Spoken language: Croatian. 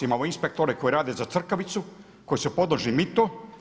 Imamo inspektore koji rade za crkavicu, koji su podložni mitu.